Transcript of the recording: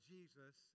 Jesus